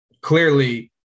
clearly